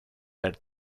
her